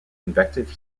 convective